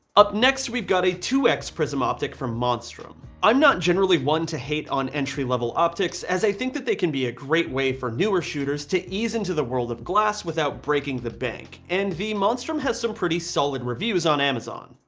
up next, we've got a two x prism optic from monstrum. i'm not generally one to hate on entry level optics as i think that they can be a great way for newer shooters to ease into the world of glass without breaking the bank and the monstrum has some pretty solid reviews on amazon.